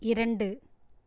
இரண்டு